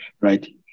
right